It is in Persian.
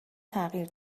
تغییر